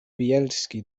bjelski